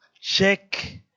Check